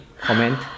Comment